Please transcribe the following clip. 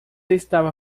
estava